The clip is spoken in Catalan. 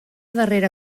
darrera